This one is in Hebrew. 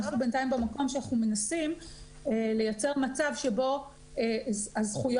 אנחנו בינתיים במקום שאנחנו מנסים לייצר מצב שבו הזכויות